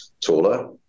taller